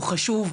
הוא חשוב,